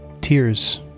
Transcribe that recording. Tears